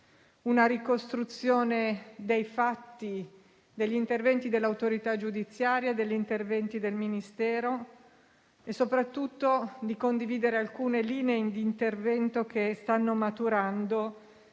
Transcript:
dell'accaduto, dei fatti, degli interventi dell'autorità giudiziaria e del Ministero e, soprattutto, di condividere alcune linee di intervento che stanno maturando,